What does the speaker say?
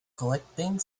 collecting